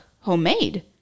homemade